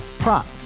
Prop